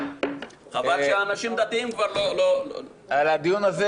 חבל שאנשים דתיים כבר לא --- על הדיון הזה